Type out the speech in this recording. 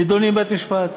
נדונים בבית-משפט.